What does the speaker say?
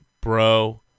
bro